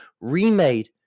remade